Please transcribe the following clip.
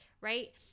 right